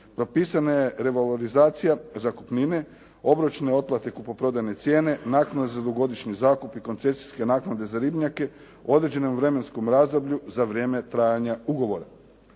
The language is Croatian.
Propisana je revolvalizacija zakupnine, obračune otkupe kupoprodajne cijene, naknade za dugogodišnji zakup i koncesijske naknade za ribnjake određene u vremenskom razdoblju za vrijeme trajanja ugovora.